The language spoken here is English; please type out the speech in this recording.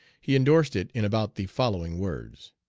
he indorsed it in about the following words